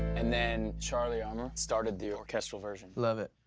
and then charlie armour started the orchestral version. love it.